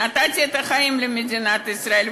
נתתי את החיים למדינת ישראל,